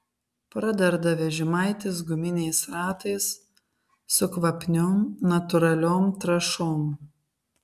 pradarda vežimaitis guminiais ratais su kvapniom natūraliom trąšom